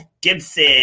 Gibson